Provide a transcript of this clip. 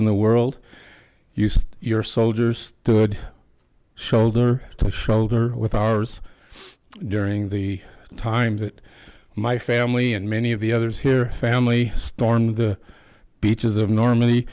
in the world uses your soldiers stood shoulder to shoulder with ours during the time that my family and many of the others here family stormed the beaches of norma